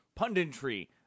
punditry